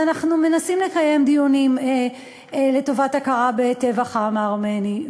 אז אנחנו מנסים לקיים דיונים לטובת הכרה בטבח העם הארמני.